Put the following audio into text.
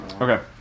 Okay